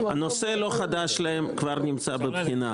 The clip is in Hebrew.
הנושא לא חדש להם נמצא בבחינה.